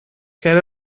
cer